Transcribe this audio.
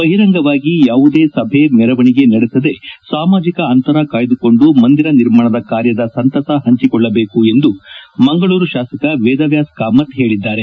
ಬಹಿರಂಗವಾಗಿ ಯಾವುದೇ ಸಭೆ ಮೆರವಣಿಗೆ ನಡೆಸದೆ ಸಾಮಾಜಿಕ ಅಂತರ ಕಾಯ್ದುಕೊಂಡು ಮಂದಿರ ನಿರ್ಮಾಣ ಕಾರ್ಯದ ಸಂತಸ ಪಂಚಿಕೊಳ್ಳಬೇಕು ಎಂದು ಮಂಗಳೂರು ಶಾಸಕ ವೇದವ್ಯಾಸ್ ಕಾಮತ್ ಹೇಳಿದ್ದಾರೆ